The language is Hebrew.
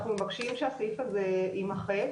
אנחנו מבקשים שהסעיף הזה יימחק.